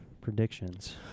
predictions